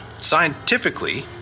scientifically